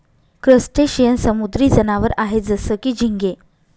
crustacean समुद्री जनावर आहे जसं की, झिंगे